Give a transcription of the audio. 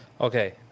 Okay